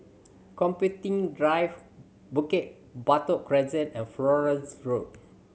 Computing Drive Bukit Batok Crescent and Florence Road